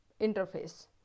interface